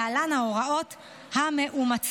להלן: ההוראות המאומצות.